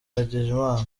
ndagijimana